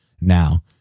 now